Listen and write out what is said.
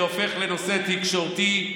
זה הופך לנושא תקשורתי,